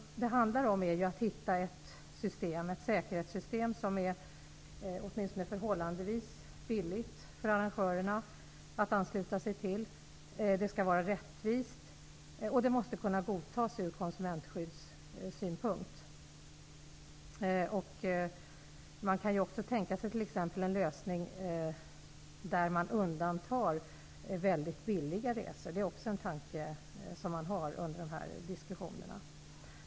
Det handlar om att hitta ett säkerhetssystem som är förhållandevis billigt för arrangörerna att ansluta sig till, det skall vara rättvist, och det måste kunna godtas ur konsumentskyddssynpunkt. Man kan också tänka sig en lösning där man undantar väldigt billiga resor. Det är också en tanke som diskuteras under dessa överläggningar.